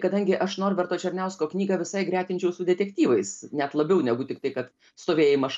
kadangi aš norberto černiausko knygą visai gretinčiau su detektyvais net labiau negu tiktai kad stovėjimą šalia